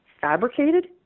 fabricated